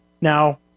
Now